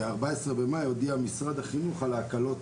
ב-14 במאי הודיע משרד החינוך על ההקלות